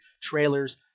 trailers